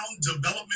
Development